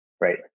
right